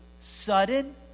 sudden